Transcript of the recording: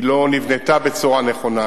היא לא נבנתה בצורה נכונה.